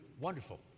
Wonderful